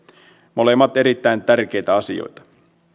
molemmat erittäin tärkeitä asioita